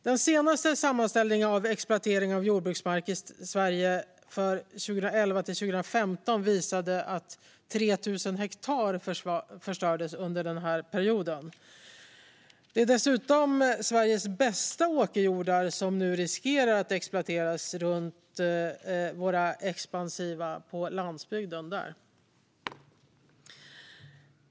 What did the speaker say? Den senaste sammanställningen av exploatering av jordbruksmark i Sverige för 2011-2015 visade att 3 000 hektar förstördes under denna period. Det är dessutom Sveriges bästa åkerjordar runt om på landsbygden som riskerar att exploateras.